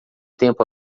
tempo